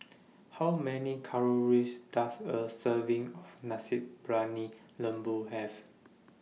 How Many Calories Does A Serving of Nasi Briyani Lembu Have